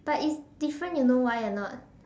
but it's different you know why or not